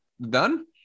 done